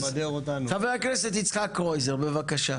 חבר הכנסת יצחק קרויזר, בבקשה.